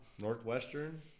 Northwestern